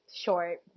short